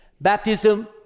Baptism